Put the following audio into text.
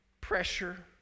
pressure